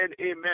amen